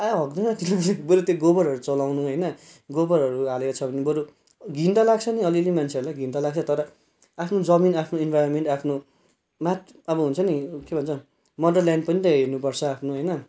कम्ता हग्दैन बरु त्यो गोबरहरू चलाउनु होइन गोबरहरू हालेको छ भने बरु घिन त लाग्छ नि अलि अलि मान्छेहरूलाई घिन त लाग्छ तर आफ्नो जमिन आफ्नो इन्भाइरोमेन्ट आफ्नो मात्र अब हुन्छ नि के भन्छ मदर ल्यान्ड पनि त हेर्नु पर्छ आफ्नो होइन